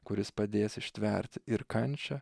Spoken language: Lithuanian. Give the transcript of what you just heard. kuris padės ištverti ir kančią